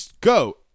go